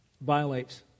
violates